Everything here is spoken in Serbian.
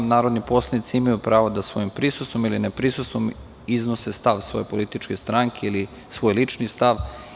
Narodni poslanici imaju pravo da svojim prisustvom ili neprisustvom iznose stav svoje političke stranke ili svoj lični stav.